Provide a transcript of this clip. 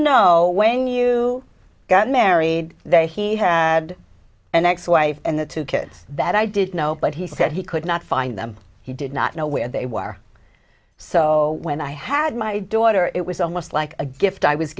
no when you got married they he had an ex wife and the two kids that i did know but he said he could not find them he did not know where they were so when i had my daughter it was almost like a gift i was